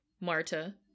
Marta